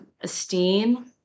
esteem